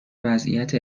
وضعیت